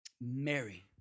Mary